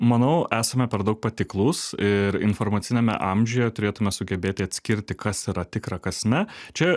manau esame per daug patiklūs ir informaciniame amžiuje turėtume sugebėti atskirti kas yra tikra kas ne čia